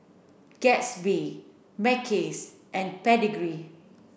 Gatsby Mackays and Pedigree